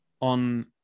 on